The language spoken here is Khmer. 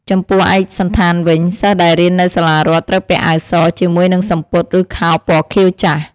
ចំំពោះឯកសណ្ឋានវិញ សិស្សដែលរៀននៅសាលារដ្ឋ ត្រូវពាក់អាវស ជាមួយនឹងសំពត់ ឬខោពណ៌ខៀវចាស់។